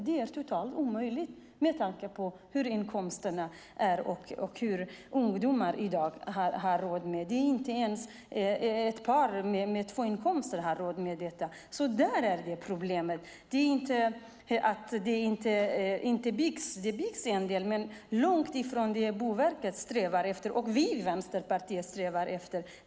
Det är totalt omöjligt med tanke på hur inkomsterna är och vad ungdomar i dag har råd med. Inte ens ett par med två inkomster har råd med detta. Det är problemet. Det är inte att det inte byggs. Det byggs en del, men det är långt ifrån det som Boverket strävar efter och vi i Vänsterpartiet strävar efter.